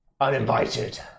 uninvited